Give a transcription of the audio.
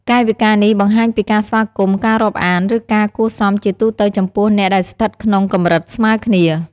កាយវិការនេះបង្ហាញពីការស្វាគមន៍ ការរាប់អាន ឬការគួរសមជាទូទៅចំពោះអ្នកដែលស្ថិតក្នុងកម្រិតស្មើគ្នា។